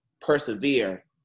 persevere